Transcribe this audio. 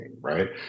right